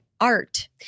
Art